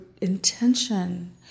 intention